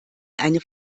eine